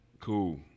Cool